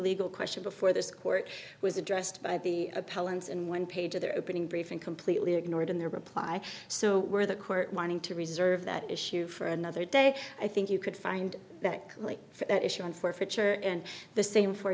legal question before this court was addressed by the appellants in one page or their opening briefing completely ignored in their reply so were the court wanting to reserve that issue for another day i think you could find that like that issue on forfeiture and the same for